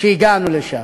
שהגענו לשם.